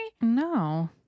No